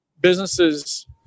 businesses